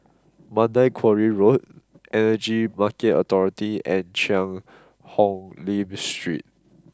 Mandai Quarry Road Energy Market Authority and Cheang Hong Lim Street